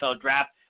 draft